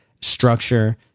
structure